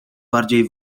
bardziej